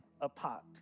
apart